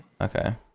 okay